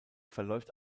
verläuft